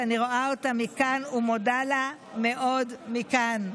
שאני רואה אותה מכאן ומודה לה מאוד מכאן,